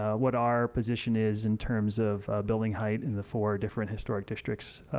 what our position is in terms of building height and the four different historic districts